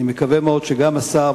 השר,